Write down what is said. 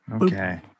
Okay